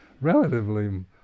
relatively